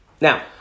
Now